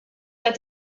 that